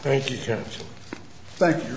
thank you thank you